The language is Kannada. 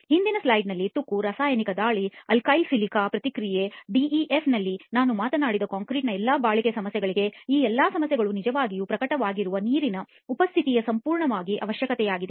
ಹಿಂದಿನ ಸ್ಲೈಡ್ ತುಕ್ಕು ರಾಸಾಯನಿಕ ದಾಳಿಅಲ್ಕಲೈ ಸಿಲಿಕಾ Alkali-silica ಪ್ರತಿಕ್ರಿಯೆ ಡಿಇಎಫ್ನಲ್ಲಿ ನಾನು ಮಾತನಾಡಿದ ಕಾಂಕ್ರೀಟ್ನ ಎಲ್ಲಾ ಬಾಳಿಕೆ ಸಮಸ್ಯೆಗಳಿಗೆ ಈ ಎಲ್ಲಾ ಸಮಸ್ಯೆಗಳು ನಿಜವಾಗಿ ಪ್ರಕಟವಾಗಲು ನೀರಿನ ಉಪಸ್ಥಿತಿಯು ಸಂಪೂರ್ಣವಾಗಿ ಅವಶ್ಯಕವಾಗಿದೆ